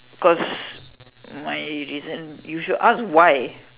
cause my reason you should ask why